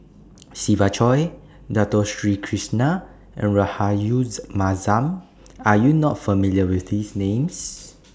Siva Choy Dato Sri Krishna and Rahayu Mahzam Are YOU not familiar with These Names